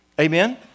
amen